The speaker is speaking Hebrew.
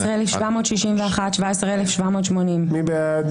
17,401 עד 17,420. מי בעד?